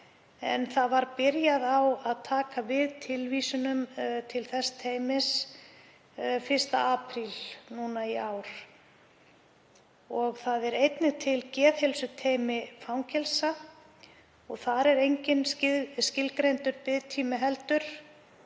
en byrjað var að taka við tilvísunum til þess teymis 1. apríl í ár. Það er einnig til geðheilsuteymi fangelsa og þar er engin skilgreindur biðtími heldur.